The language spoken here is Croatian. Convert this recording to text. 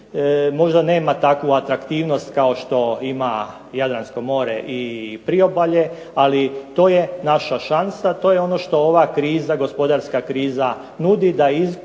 Možda nema takvu atraktivnost kao što ima Jadransko more i priobalje, ali to je naša šansa to je ono što ova gospodarska kriza nudi da